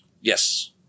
Yes